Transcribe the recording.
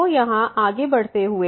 तो यहाँ आगे बढ़ते हुए